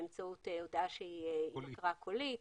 באמצעות הודעה שהיא תא קולי.